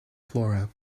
flora